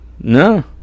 No